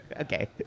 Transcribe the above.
Okay